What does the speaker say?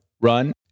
run